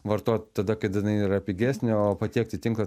vartot tada kada jinai yra pigesnė o patiekti tinklą